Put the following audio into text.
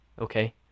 okay